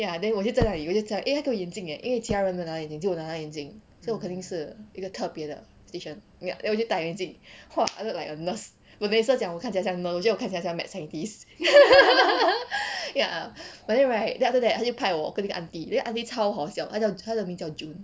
ya then 我就在那里我就在 eh 那个我眼镜 eh 其他人没有拿眼镜只有我拿眼镜所以我肯定是一个特别的 station then 我就带眼镜 after that like a nurse 讲我看起来像 nurse 我觉得我看起来像 mad scientist ya but then right then after that 他就派我跟那个 aunty then 那个 aunty 超好笑她叫她的名叫 june